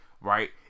right